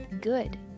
good